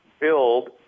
build